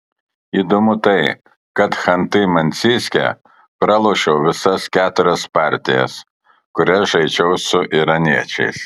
įdomu tai kad chanty mansijske pralošiau visas keturias partijas kurias žaidžiau su iraniečiais